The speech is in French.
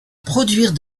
produire